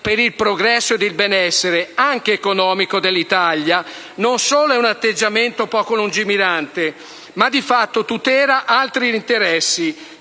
per il progresso e il benessere anche economico dell'Italia non solo è un atteggiamento poco lungimirante, ma di fatto tutela altri interessi,